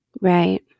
Right